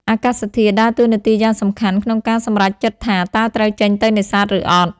អាកាសធាតុ ដើរតួនាទីយ៉ាងសំខាន់ក្នុងការសម្រេចចិត្តថា តើត្រូវចេញទៅនេសាទ ឬអត់។